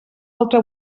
altre